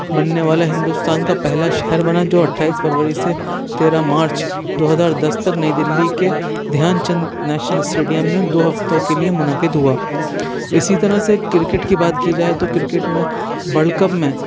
بننے والا ہندوستان کا پہلا شہر بنا جو اٹھایئس فروری سے تیرہ مارچ دو ہزار دس تک نئی دِلّی کے دھیان چند نیشنل اسٹیڈیم میں دو ہفتوں کے لئے منعقد ہُوا اِسی طرح سے کرکٹ کی بات کی جائے تو کرکٹ میں ورلڈ کپ میں